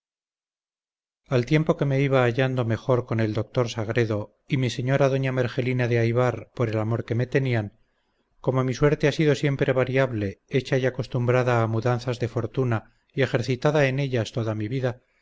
al tiempo que me iba hallando mejor con el doctor sagredo y mi señora doña mergelina de aybar por el amor que me tenían como mi suerte ha sido siempre variable hecha y acostumbrada a mudanzas de fortuna y ejercitada en ellas toda mi vida